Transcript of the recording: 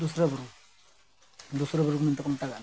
ᱫᱩᱥᱨᱟᱹ ᱵᱩᱨᱩ ᱫᱚᱥᱨᱟᱹ ᱵᱩᱨᱩ ᱢᱮᱱᱛᱮ ᱠᱚ ᱢᱮᱛᱟᱜᱟᱜ ᱟᱱᱟ